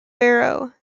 barrow